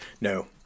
no